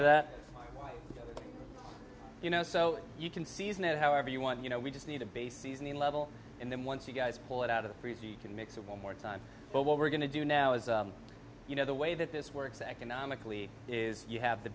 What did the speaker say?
of that you know so you can season it however you want you know we just need a base seasoning level and then once you guys pull it out of the freezer you can make one more time but what we're going to do now is you know the way that this works economically is you have the